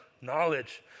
knowledge